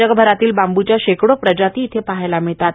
जगभरातील बांबूच्या शेकडो प्रजाती येथे पाहायला मिळतात